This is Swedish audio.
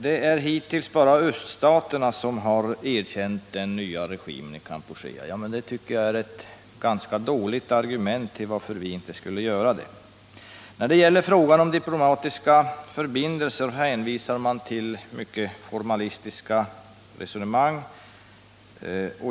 Att det hittills bara är ”öststaterna” som har erkänt den nya regimen i Kampuchea tycker jag är ett ganska dåligt argument för att vi inte skulle göra det. När det gäller diplomatiska förbindelser hänvisar man till mycket formalistiska resonemang.